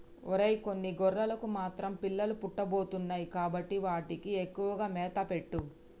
ఒరై కొన్ని గొర్రెలకు మాత్రం పిల్లలు పుట్టబోతున్నాయి కాబట్టి వాటికి ఎక్కువగా మేత పెట్టు